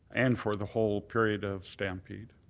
and for the whole period of stampede.